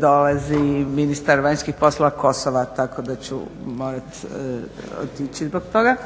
dolazi ministar vanjskih poslova Kosova tako da ću morati otići zbog toga.